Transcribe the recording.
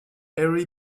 harry